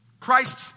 Christ